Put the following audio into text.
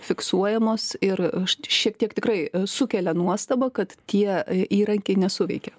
fiksuojamos ir aš šiek tiek tikrai sukelia nuostabą kad tie įrankiai nesuveikė